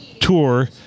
tour